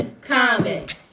comment